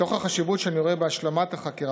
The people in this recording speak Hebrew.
מתוך החשיבות שאני רואה בהשלמת החקירה